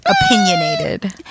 opinionated